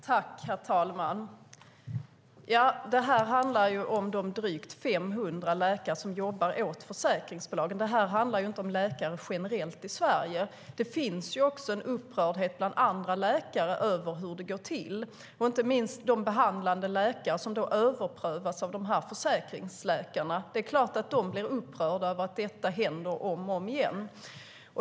Herr talman! Det här handlar om de drygt 500 läkare som jobbar åt försäkringsbolagen. Det handlar inte om läkare generellt i Sverige. Det finns en upprördhet också bland andra läkare över hur det går till, inte minst bland behandlande läkare som överprövas av försäkringsläkarna. Det är klart att de blir upprörda över att detta händer om och om igen.